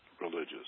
religious